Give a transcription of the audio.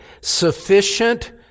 sufficient